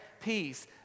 peace